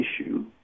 issue